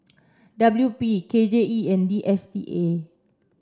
W P K J E and D S T A